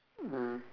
mm